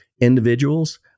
individuals